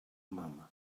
mum